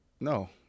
No